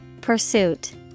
Pursuit